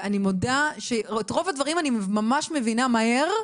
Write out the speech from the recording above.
ואני מודה שאת רוב הדברים אני ממש מבינה מהר.